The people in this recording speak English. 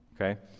okay